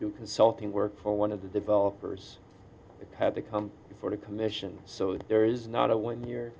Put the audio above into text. do consulting work for one of the developers had to come before the commission so there is not a one year